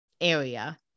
area